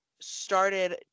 started